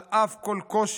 על אף כל קושי,